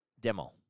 Demo